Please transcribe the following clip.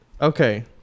okay